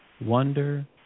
wonder